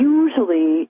usually